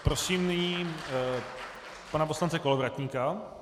Prosím nyní pana poslance Kolovratníka.